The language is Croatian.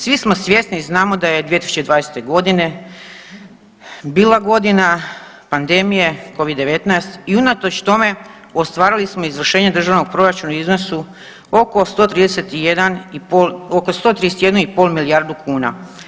Svi smo svjesni i znamo da je 2020. godine bila godina pandemije covid-19 i unatoč tome ostvarili smo izvršenje državnog proračuna u iznosu oko 131 i pol, oko 131 i pol milijardu kuna.